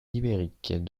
ibérique